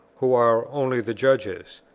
who are only the judges.